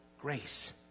grace